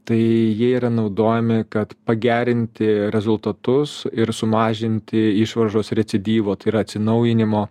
tai jie yra naudojami kad pagerinti rezultatus ir sumažinti išvaržos recidyvo tai yra atsinaujinimo